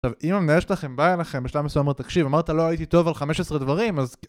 עכשיו אם המנהל שלכם בא אליכם בשלב מסוים ואומר תקשיב אמרת לא הייתי טוב על 15 דברים אז...